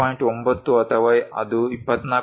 9 ಅಥವಾ ಅದು 24